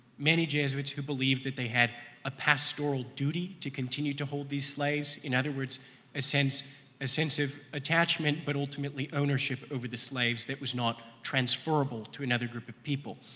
many jesuits who believed that they had a pastoral duty to continue to hold these slaves, in other words a sense a sense of attachment but ultimately ownership over the slaves that was not transferable to another group of people.